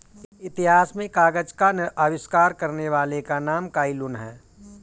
इतिहास में कागज का आविष्कार करने वाले का नाम काई लुन है